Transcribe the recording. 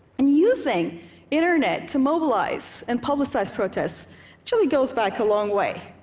and using internet to mobilize and publicize protests actually goes back a long way.